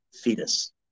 fetus